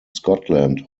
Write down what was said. scotland